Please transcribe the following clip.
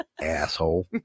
Asshole